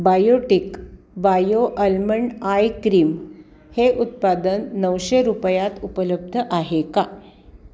Biotique bio almond eye cream हे उत्पादन नऊशे रुपयात उपलब्ध आहे का